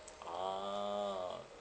ah